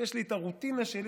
יש לי את הרוטינה שלי,